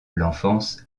l’enfance